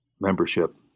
Membership